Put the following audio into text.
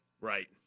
Right